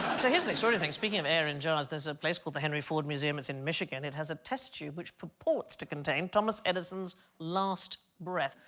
so here's a like sort of thing speaking of err in jars, there's a place called the henry ford museum it's in michigan it has a test tube which purports to contain thomas edison's last breath.